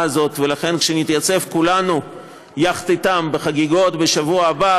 שנמצאים בה כל כך הרבה אנשים,